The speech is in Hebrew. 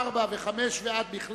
בעד,